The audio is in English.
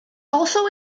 also